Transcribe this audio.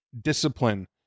discipline